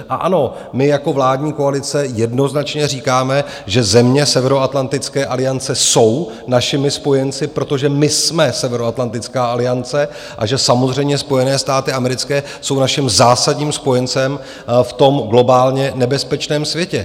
A ano, my jako vládní koalice jednoznačně říkáme, že země Severoatlantické aliance jsou našimi spojenci, protože my jsme Severoatlantická aliance, a že samozřejmě Spojené státy americké jsou naším zásadním spojencem v tom globálně nebezpečném světě.